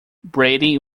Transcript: brady